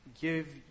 give